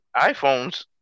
iPhones